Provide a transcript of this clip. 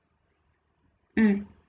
mm